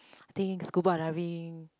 I think scuba diving